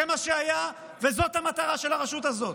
זה מה שהיה, וזאת המטרה של הרשות הזאת.